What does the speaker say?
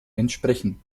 entsprechen